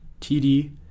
TD